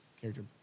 character